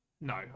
no